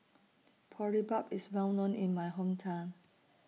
Boribap IS Well known in My Hometown